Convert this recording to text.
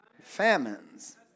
Famines